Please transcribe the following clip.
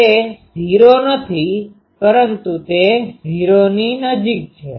તે ૦ નથી પરંતુ તે ૦ની નજીક છે